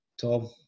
Tom